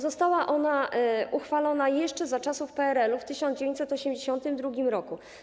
Została ona uchwalona jeszcze za czasów PRL-u, w 1982 r.